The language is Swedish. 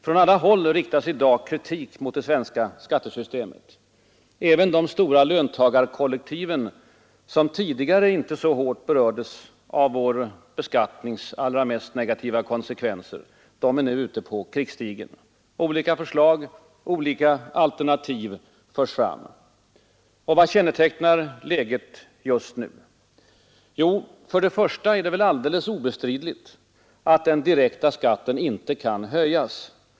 Från alla håll riktas i dag kritik mot det svenska skattesystemet. Även de stora löntagarkollektiven, som tidigare inte så hårt berördes av vår beskattnings allra mest negativa konsekvenser, är nu ute på krigsstigen. Olika förslag, olika alternativ förs fram. Vad kännetecknar läget just nu? För det första är det alldeles obestridligt att den direkta skatten inte kan höjas.